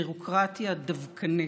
וביורוקרטיה דווקנית.